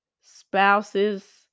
spouses